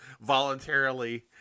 voluntarily